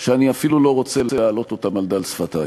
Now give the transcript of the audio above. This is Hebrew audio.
שאני אפילו לא רוצה להעלות אותם על דל שפתי.